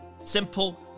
simple